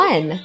One